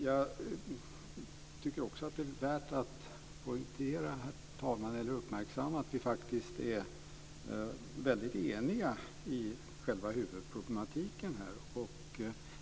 Jag tycker också att det är värt att uppmärksamma, herr talman, att vi faktiskt är väldigt eniga när det gäller själva huvudproblematiken.